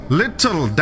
little